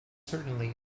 certainly